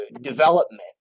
development